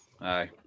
Aye